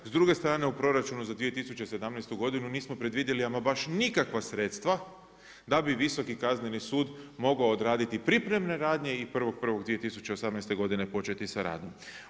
S druge strane u proračunu za 2017. godinu nismo predvidjeli ama baš nikakva sredstva da bi Visoki kazneni sud mogao odraditi pripremne radnje i 1.1.2018. godine početi sa radom.